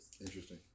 interesting